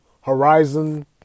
Horizon